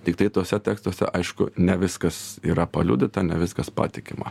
tiktai tuose tekstuose aišku ne viskas yra paliudyta ne viskas patikima